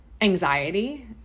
anxiety